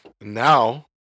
Now